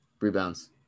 Rebounds